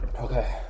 Okay